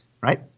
right